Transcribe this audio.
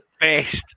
best